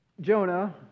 Jonah